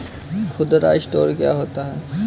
खुदरा स्टोर क्या होता है?